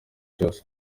cyose